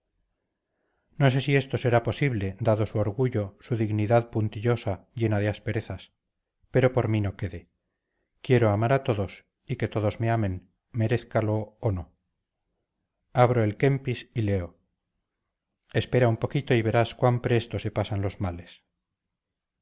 no sé si esto será posible dado su orgullo su dignidad puntillosa llena de asperezas pero por mí no quede quiero amar a todos y que todos me amen merézcalo o no abro el kempis y leo espera un poquito y verás cuán presto se pasan los males